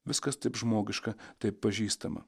viskas taip žmogiška taip pažįstama